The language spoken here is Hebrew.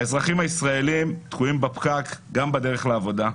האזרחים הישראלים תקועים בפקק גם בדרך לעבודה,